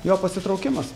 jo pasitraukimas